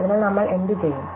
അതിനാൽ നമ്മൾ എന്തുചെയ്യും